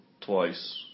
twice